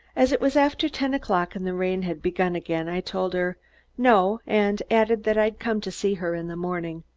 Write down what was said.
as it was after ten o'clock and the rain had begun again, i told her no, and added that i'd come to see her in the morning.